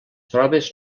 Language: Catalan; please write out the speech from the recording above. proves